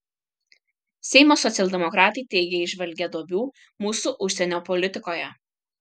seimo socialdemokratai teigia įžvelgią duobių mūsų užsienio politikoje